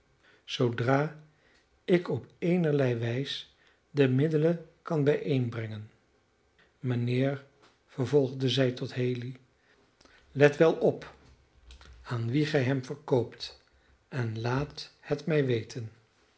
zoodra ik op eenerlei wijs de middelen kan bijeenbrengen mijnheer vervolgde zij tot haley let wel op aan wien gij hem verkoopt en laat het mij weten